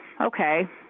okay